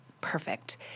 perfect